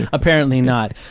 apparently not.